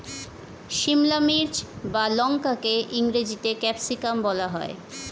সিমলা মির্চ বা লঙ্কাকে ইংরেজিতে ক্যাপসিকাম বলা হয়